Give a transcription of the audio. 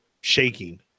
shaking